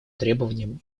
требованиям